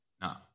no